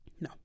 No